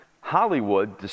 Hollywood